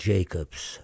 Jacob's